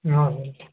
हजुर